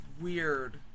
weird